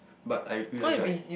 but I realize right